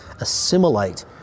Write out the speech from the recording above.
assimilate